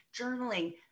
journaling